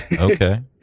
okay